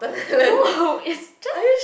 no it's just